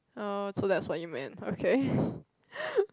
oh so that is what you meant okay